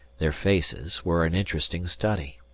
their faces were an interesting study.